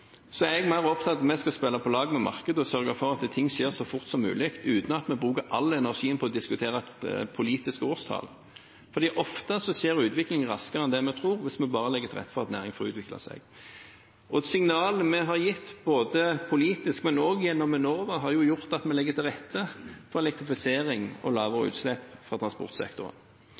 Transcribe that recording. at vi skal spille på lag med markedet og sørge for at ting skjer så fort som mulig, uten at vi bruker all energien på å diskutere et politisk årstall. For ofte skjer utviklingen raskere enn det vi tror, hvis vi bare legger til rette for at næringer får utvikle seg. Signalene vi har gitt, både politisk og også gjennom Enova, har gjort at vi legger til rette for elektrifisering og lavere utslipp fra transportsektoren.